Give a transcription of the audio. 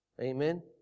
Amen